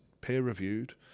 peer-reviewed